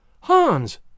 Hans